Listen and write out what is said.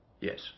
Yes